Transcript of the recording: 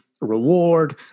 reward